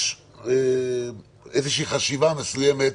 יש איזה חשיבה מסוימת,